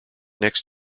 next